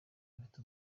bafite